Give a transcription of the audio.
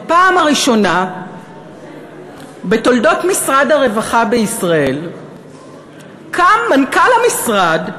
בפעם הראשונה בתולדות משרד הרווחה בישראל קם מנכ"ל המשרד,